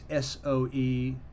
SOE